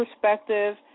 perspective